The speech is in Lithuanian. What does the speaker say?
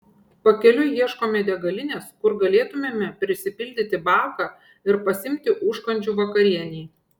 pakeliui ieškome degalinės kur galėtumėme prisipildyti baką ir pasiimti užkandžių vakarienei